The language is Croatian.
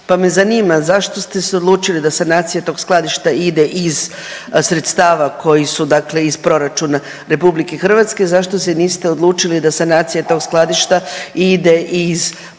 pa me zanima zašto ste se odlučili da sanacija tog skladišta ide iz sredstava koji su, dakle iz proračuna Republike Hrvatske. Zašto se niste odlučili da sanacija tog skladišta ide i iz fonda